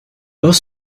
was